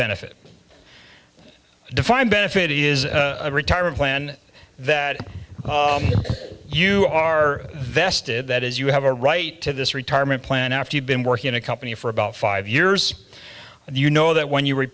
benefit defined benefit is a retirement plan that you are vested that is you have a right to this retirement plan after you've been working in a company for about five years and you know that when you